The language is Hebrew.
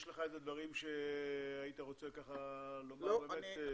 יש לך דברים שהיית רוצה לומר בסיכום?